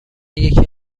یکی